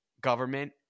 government